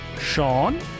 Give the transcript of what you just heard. Sean